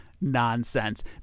nonsense